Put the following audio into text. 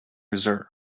reserve